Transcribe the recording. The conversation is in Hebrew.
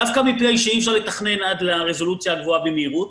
דווקא מפני שאי אפשר לתכנן עד לרזולוציה הגבוהה במהירות,